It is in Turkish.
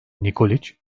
nikoliç